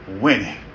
winning